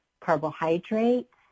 carbohydrates